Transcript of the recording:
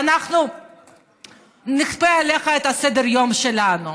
ואנחנו נכפה עליך את סדר-היום שלנו.